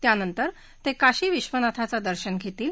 त्यानंतर ते काशी विश्वनाथाचं दर्शन घेतील